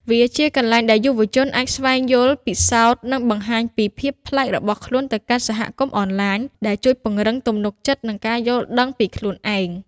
វាជាកន្លែងដែលយុវជនអាចស្វែងយល់ ពិសោធន៍ និងបង្ហាញពីភាពប្លែករបស់ខ្លួនទៅកាន់សហគមន៍អនឡាញ ដែលជួយពង្រឹងទំនុកចិត្ត និងការយល់ដឹងពីខ្លួនឯង។